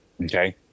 Okay